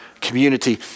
community